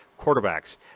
quarterbacks